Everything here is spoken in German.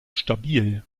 stabil